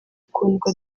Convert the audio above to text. kundwa